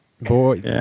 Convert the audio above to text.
Boy